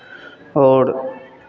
आओर